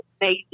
amazing